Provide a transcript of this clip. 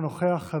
אינו נוכח.